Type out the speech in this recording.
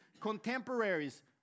contemporaries